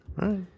right